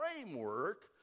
framework